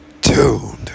tuned